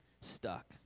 Stuck